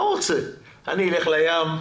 הבחור מעדיף ללכת לים,